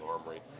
Armory